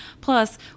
Plus